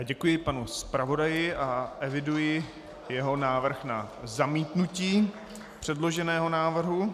Děkuji panu zpravodaji a eviduji jeho návrh na zamítnutí předloženého návrhu.